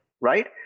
right